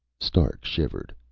stark shivered,